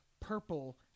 purple